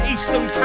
Eastern